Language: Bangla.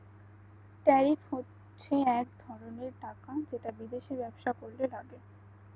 ট্যারিফ হচ্ছে এক ধরনের টাকা যেটা বিদেশে ব্যবসা করলে লাগে